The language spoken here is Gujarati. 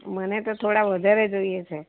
મને તો થોડા વધારે જોઈએ છે